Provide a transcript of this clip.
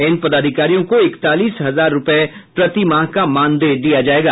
इन पदाधिकारियों को इकतालीस हजार रूपये प्रतिमाह का मानदेय दिया जायेगा